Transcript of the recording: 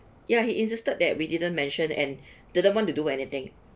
ya he insisted that we didn't mention and didn't want to do anything